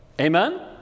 Amen